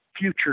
future